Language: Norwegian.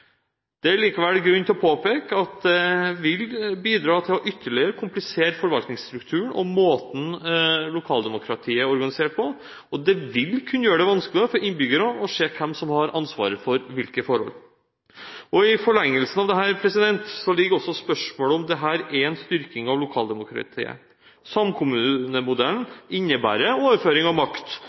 Det er likevel grunn til å påpeke at det vil bidra til ytterligere å komplisere forvaltningsstrukturen og måten lokaldemokratiet er organisert på, og det vil kunne gjøre det vanskeligere for innbyggerne å se hvem som har ansvaret for hvilke forhold. I forlengelsen av dette ligger også spørsmålet om hvorvidt dette er en styrking av lokaldemokratiet. Samkommunemodellen innebærer overføring av makt